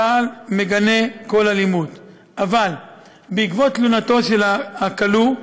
צה"ל מגנה כל אלימות, אבל בעקבות תלונתו של הכלוא,